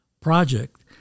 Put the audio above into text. project